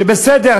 שבסדר,